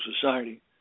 Society